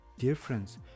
difference